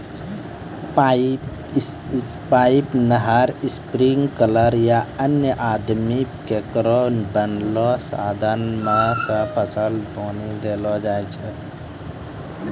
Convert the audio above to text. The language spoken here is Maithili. पाइप, नहर, स्प्रिंकलर या अन्य आदमी केरो बनैलो साधन सें फसल में पानी देलो जाय छै